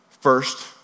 first